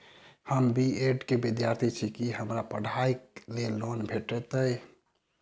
हम B Ed केँ विद्यार्थी छी, की हमरा पढ़ाई लेल लोन भेटतय?